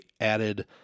added